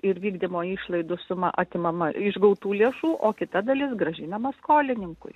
ir vykdymo išlaidų suma atimama iš gautų lėšų o kita dalis grąžinama skolininkui